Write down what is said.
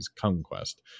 conquest